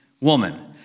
woman